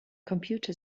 computer